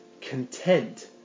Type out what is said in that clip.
content